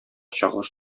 чагылыш